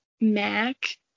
Mac